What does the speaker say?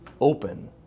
open